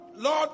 Lord